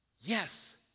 Yes